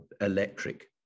electric